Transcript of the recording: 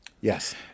Yes